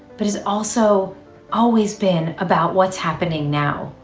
but has also always been about what's happening now.